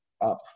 up